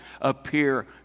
appear